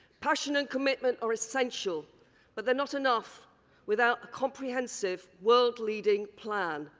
compassion and commitment are essential but not enough without a comprehensive world-leading plan.